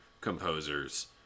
composers